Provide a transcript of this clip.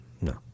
no